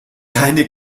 keine